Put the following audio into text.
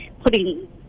putting